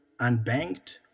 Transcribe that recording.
unbanked